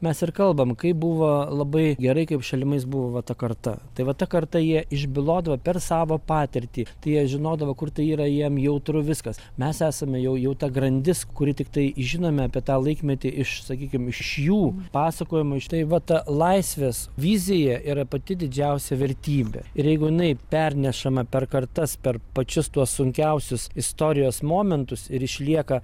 mes ir kalbam kaip buvo labai gerai kaip šalimais buvo va ta karta tai va ta karta jie išbylodavo per savo patirtį tie jie žinodavo kur tai yra jiem jautru viskas mes esame jau jau ta grandis kuri tiktai žinome apie tą laikmetį iš sakykim iš jų pasakojimų iš tai va ta laisvės vizija yra pati didžiausia vertybė ir jeigu jinai pernešama per kartas per pačius tuos sunkiausius istorijos momentus ir išlieka